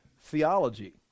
theology